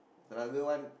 Tenaga one